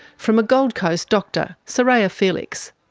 from a gold coast doctor, soraya felix.